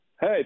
Hey